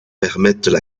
permettent